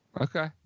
Okay